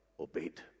obeyed